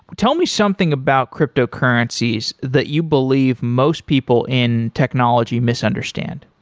tell me something about cryptocurrencies that you believe most people in technology misunderstand.